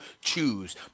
choose